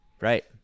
Right